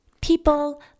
people